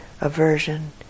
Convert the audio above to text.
aversion